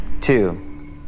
two